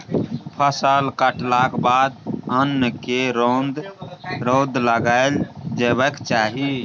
फसल कटलाक बाद अन्न केँ रौद लगाएल जेबाक चाही